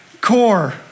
core